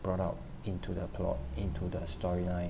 brought up into the plot into the story line